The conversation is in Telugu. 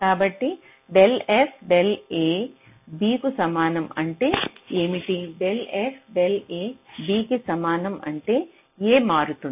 కాబట్టి del f del a b కు సమానం అంటే ఏమిటి del f del a b కి సమానం అంటే a మారుతుంది